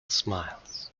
smiles